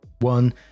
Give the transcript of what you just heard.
One